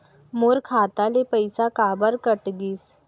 मोर खाता ले पइसा काबर कट गिस?